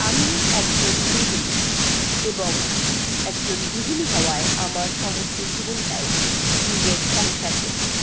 আমি একজন গৃহিণী এবং একজন গৃহিণী হওয়ায় আমার সমস্ত জীবনটাই নিজের সংসার কেন্দ্রিক